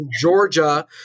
Georgia